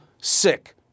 sick